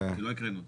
כי לא הקראנו אותו.